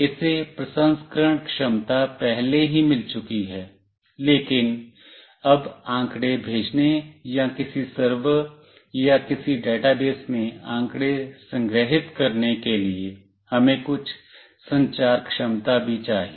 इसे प्रसंस्करण क्षमता पहले ही मिल चुकी है लेकिन अब आंकड़े भेजने या किसी सर्वर या किसी डेटाबेस में आंकड़े संग्रहीत करने के लिए हमें कुछ संचार क्षमता भी चाहिए